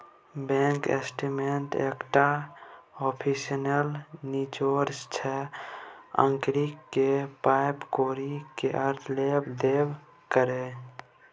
bank statement एकटा official निचोड़ छै गांहिकी केर पाइ कौड़ी केर लेब देब केर